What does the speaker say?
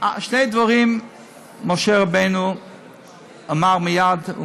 שני דברים שמשה רבנו אמר מייד: הוא